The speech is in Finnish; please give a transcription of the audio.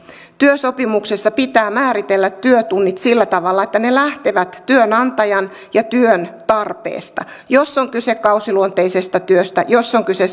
työsopimuksessa pitää määritellä työtunnit sillä tavalla että ne lähtevät työnantajan ja työn tarpeesta jos on kyse kausiluonteisesta työstä jos on kyse